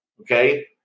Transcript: okay